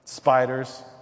Spiders